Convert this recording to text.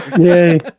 Yay